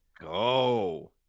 go